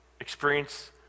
experience